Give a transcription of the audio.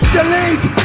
Delete